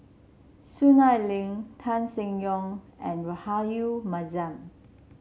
Soon Ai Ling Tan Seng Yong and Rahayu Mahzam